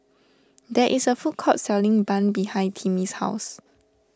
there is a food court selling Bun behind Timmy's house